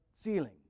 ceiling